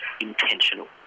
intentional